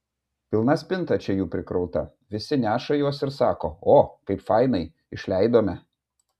pilna spinta čia jų prikrauta visi neša juos ir sako o kaip fainai išleidome